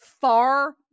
far